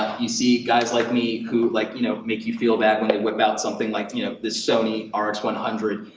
you see guys like me who like you know make you feel bad when they whip out something like you know this sony r x one zero